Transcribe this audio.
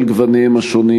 על גוניהם השונים.